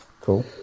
Cool